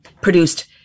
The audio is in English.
produced